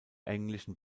englischen